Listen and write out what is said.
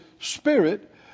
Spirit